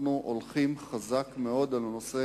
אנחנו הולכים חזק מאוד על הנושא